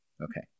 Okay